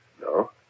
No